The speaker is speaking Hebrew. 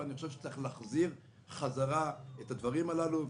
ואני חושב שצריך להחזיר חזרה את הדברים הללו.